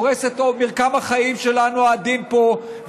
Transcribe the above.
הורס את מרקם החיים העדין שלנו פה.